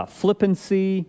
flippancy